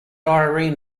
irene